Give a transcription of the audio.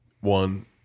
One